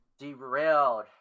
Derailed